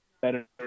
better